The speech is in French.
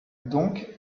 donc